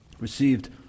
received